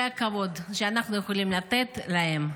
זה הכבוד שאנחנו יכולים לתת להם.